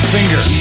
Finger